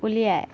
উলিয়ায়